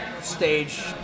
stage